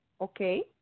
okay